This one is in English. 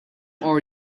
are